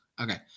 Okay